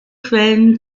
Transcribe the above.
quellen